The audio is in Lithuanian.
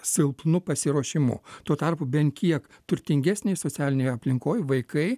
silpnu pasiruošimu tuo tarpu bent kiek turtingesnėj socialinėj aplinkoj vaikai